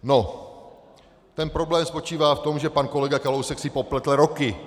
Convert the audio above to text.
No, ten problém spočívá v tom, že pan kolega Kalousek si popletl roky.